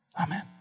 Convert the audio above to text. Amen